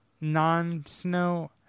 non-snow